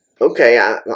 okay